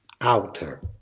outer